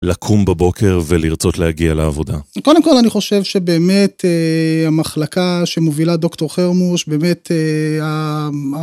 לקום בבוקר ולרצות להגיע לעבודה. כי קודם כל אני חושב שבאמת המחלקה שמובילה דוקטור חרמוש באמת...